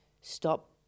Stop